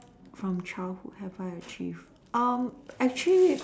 from childhood have I achieved actually